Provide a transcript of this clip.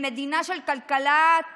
למדינה של כלכלת חמלה.